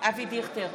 אבי דיכטר,